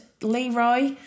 Leroy